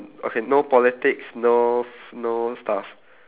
okay no politics no f~ no stuff